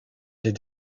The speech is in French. les